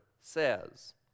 says